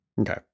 Okay